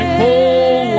whole